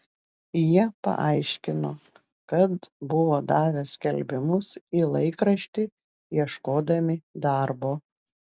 jie paaiškino kad buvo davę skelbimus į laikraštį ieškodami darbo